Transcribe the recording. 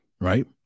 right